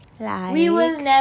like